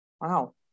wow